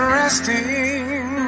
resting